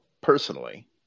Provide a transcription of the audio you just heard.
personally